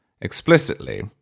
explicitly